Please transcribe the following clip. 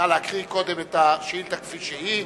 נא להקריא קודם את השאילתא כפי שהיא,